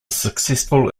successful